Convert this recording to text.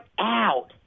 out